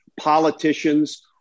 politicians